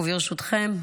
וברשותכם,